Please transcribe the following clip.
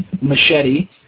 Machete